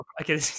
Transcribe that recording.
Okay